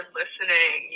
listening